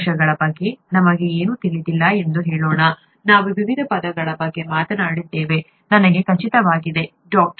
ಕೋಶಗಳ ಬಗ್ಗೆ ನಮಗೆ ಏನೂ ತಿಳಿದಿಲ್ಲ ಎಂದು ಹೇಳೋಣ ನಾವು ವಿವಿಧ ಪದಗಳ ಬಗ್ಗೆ ಮಾತನಾಡುತ್ತಿದ್ದೇವೆ ನನಗೆ ಖಚಿತವಾಗಿದೆ ಡಾ